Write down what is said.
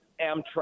Amtrak